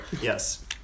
Yes